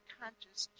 conscious